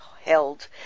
held